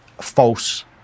false